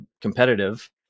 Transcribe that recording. competitive